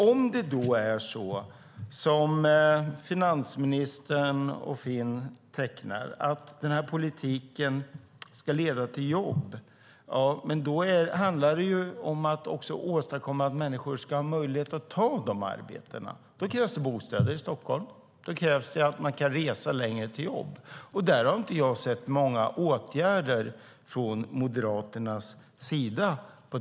Om det är så som finansministern och Finn säger, att den här politiken ska leda till jobb, handlar det också om att ge människor möjlighet att ta de arbetena. Då krävs det bostäder i Stockholm. Det krävs att man kan resa längre till jobben. Där har jag inte sett så många åtgärder från Moderaternas sida.